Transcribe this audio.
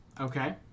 Okay